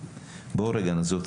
בוא רגע נעזוב את